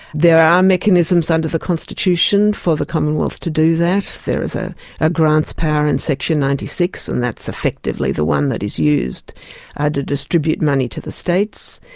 there are mechanisms under the constitution for the commonwealth to do that, there is a ah grants power in section ninety six, and that's effectively the one that is used ah to distribute money to the states,